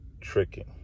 tricking